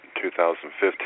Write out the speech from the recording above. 2015